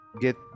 get